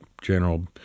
general